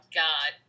god